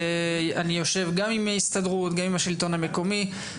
אני יושב גם עם ההסתדרות גם עם השלטון המקומי.